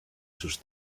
sus